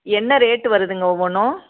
என்ன ரேட்டு வருதுங்க ஒவ்வொன்றும்